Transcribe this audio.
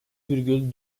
virgül